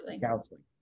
counseling